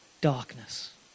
darkness